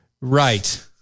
right